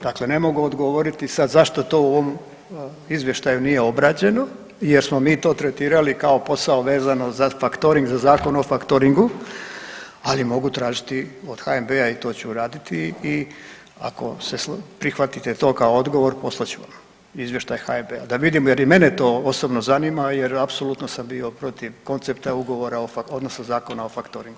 Dakle, ne mogu odgovoriti sad zašto to u ovom izvještaju nije obrađeno, jer smo mi to tretirali kao posao vezano za faktoring, za Zakon o faktoringu ali mogu tražiti od HNB-a i to ću uraditi i ako prihvatite to kao odgovor poslat ću vam izvještaj HNB-a da vidim jer i mene to osobno zanima, jer apsolutno sam bio protiv koncepta ugovora o, odnosno Zakona o faktoringu.